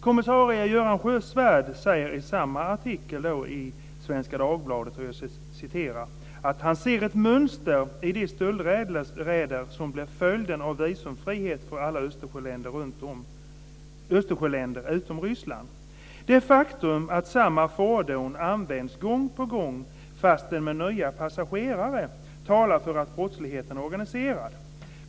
Kommissarie Göran Sjösvärd säger i samma artikel i Svenska Dagbladet att han "ser ett mönster i de stöldräder som blir följden av visumfriheten för alla Östersjöländer utom Ryssland. Det faktum att samma fordon används gång på gång, fastän med nya passagerare, talar för att brottsligheten är organiserad.